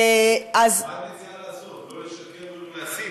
מה את מציעה לעשות, לא לשקר ולא להסית?